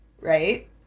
right